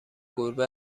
گربه